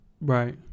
right